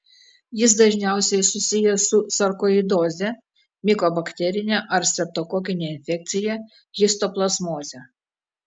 jis dažniausiai susijęs su sarkoidoze mikobakterine ar streptokokine infekcija histoplazmoze